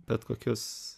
bet kokius